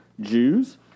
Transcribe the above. Jews